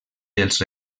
dels